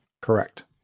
Correct